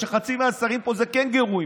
בגלל שחצי מהשרים פה הם קנגורו,